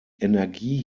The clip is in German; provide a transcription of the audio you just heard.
energie